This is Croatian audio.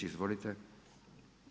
Izvolite.